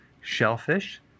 shellfish